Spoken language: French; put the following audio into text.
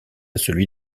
celui